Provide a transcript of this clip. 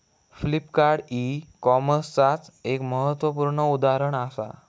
Flipkart e कॉमर्सचाच एक महत्वपूर्ण उदाहरण असा